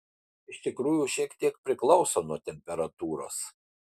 iš tikrųjų šiek tiek priklauso nuo temperatūros